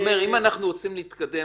אם אנחנו רוצים להתקדם,